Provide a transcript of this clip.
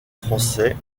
français